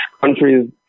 countries